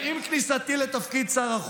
באופן יהודי,